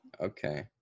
Okay